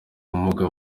ubumuga